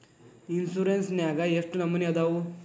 Insurance ನ್ಯಾಗ ಎಷ್ಟ್ ನಮನಿ ಅದಾವು?